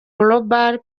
global